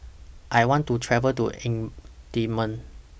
I want to travel to